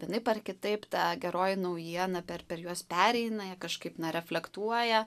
vienaip ar kitaip ta geroji naujiena per per juos pereina kažkaip na reflektuoja